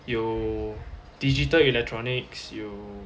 有 digital electronics 有